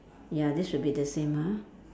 ya this should be the same ah